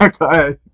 Okay